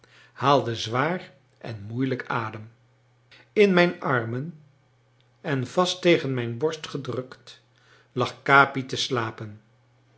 haalde zwaar en moeilijk adem in mijn armen en vast tegen mijn borst gedrukt lag capi te slapen